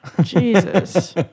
jesus